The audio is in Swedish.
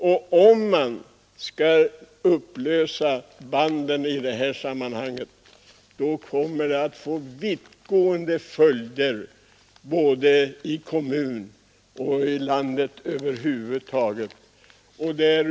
Och om man skall upplösa banden i detta sammanhang, då kommer det att få vittgående följder för kommuerna och för landet över huvud taget.